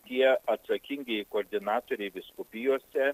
tie atsakingieji koordinatoriai vyskupijose